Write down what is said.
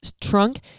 trunk